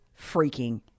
freaking